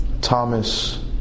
Thomas